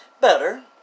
Better